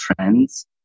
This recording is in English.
trends